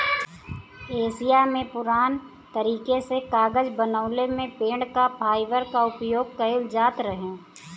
Asia में पुरान तरीका से कागज बनवले में पेड़ क फाइबर क उपयोग कइल जात रहे